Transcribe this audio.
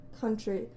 country